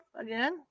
again